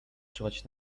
czuwać